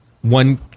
one